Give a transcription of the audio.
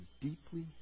deeply